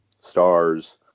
stars